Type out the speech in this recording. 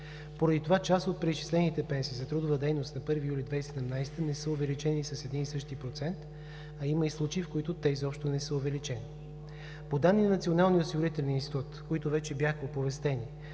Поради това част от преизчислените пенсии за трудова дейност на 1 юли 2017 г. не са увеличени с един и същи процент, а има и случаи, в които те изобщо не са увеличени. По данни на Националния осигурителен институт, които вече бяха оповестени,